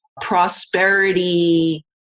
prosperity